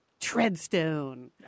Treadstone